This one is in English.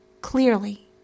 clearly